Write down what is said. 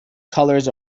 colors